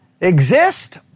exist